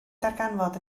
ddarganfod